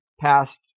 past